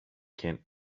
can